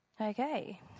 Okay